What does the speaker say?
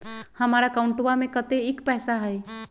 हमार अकाउंटवा में कतेइक पैसा हई?